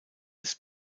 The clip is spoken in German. des